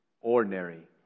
ordinary